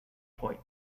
point